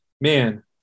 man